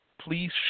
Please